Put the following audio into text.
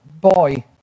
boy